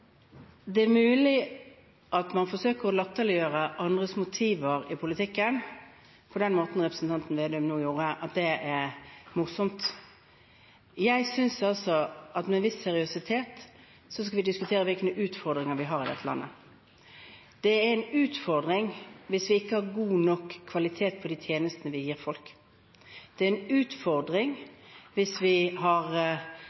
Det er mulig at man forsøker å latterliggjøre andres motiver i politikken på den måten representanten Slagsvold Vedum nå gjorde, at man synes det er morsomt. Jeg synes at vi med en viss seriøsitet skal diskutere hvilke utfordringer vi har i dette landet. Det er en utfordring hvis vi ikke har god nok kvalitet på de tjenestene vi gir folk. Det er en utfordring